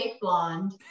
blonde